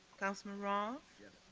councilman roth. yes.